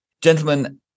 Gentlemen